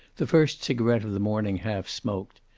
the first cigarette of the morning half smoked.